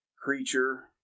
creature